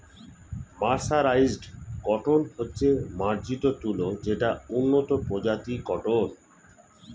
mercerised cotton হচ্ছে মার্জিত তুলো যেটা উন্নত প্রজাতির কটন